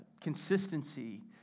consistency